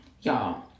y'all